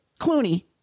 Clooney